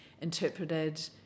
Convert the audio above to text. interpreted